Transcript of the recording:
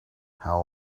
how